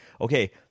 okay